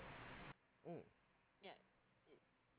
mm